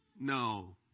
No